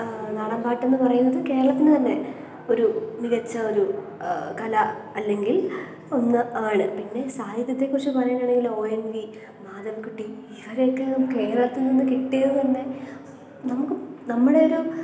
നാടൻ പാട്ടെന്ന് പറയുന്നത് കേരളത്തിന് തന്നെ ഒരു മികച്ച ഒരു കല അല്ലെങ്കിൽ ഒന്ന് ആണ് പിന്നെ സാഹിത്യത്തെക്കുറിച്ച് പറയാനാണെങ്കിൽ ഒ എൻ വി മാധവിക്കുട്ടി ഇവരെയൊക്കെ കേരളത്തിൽ നിന്ന് കിട്ടിയത് തന്നെ നമുക്ക് നമ്മളെയൊരു